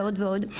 ועוד ועוד.